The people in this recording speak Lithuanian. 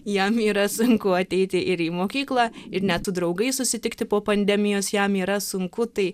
jam yra sunku ateiti ir į mokyklą ir net su draugais susitikti po pandemijos jam yra sunku tai